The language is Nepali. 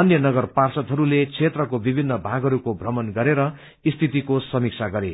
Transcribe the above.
अन्य नगर पांषदहरूले क्षेत्रको विभिन्न भागहरूको थ्रमण गरेर स्थितिको समिक्षा गरे